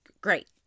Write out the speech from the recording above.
great